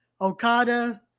Okada